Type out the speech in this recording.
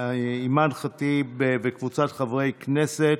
אימאן ח'טיב וקבוצת חברי הכנסת,